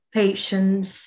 patience